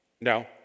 no